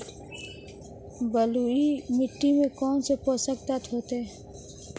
बलुई मिट्टी में कौनसे पोषक तत्व होते हैं?